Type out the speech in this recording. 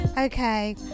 Okay